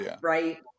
right